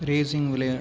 racing விளையாடு